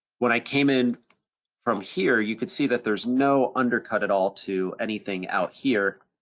when i came in from here, you could see that there's no undercut at all to anything out here.